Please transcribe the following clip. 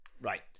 Right